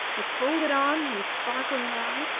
with folded arms and sparkling eyes,